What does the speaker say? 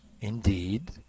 Indeed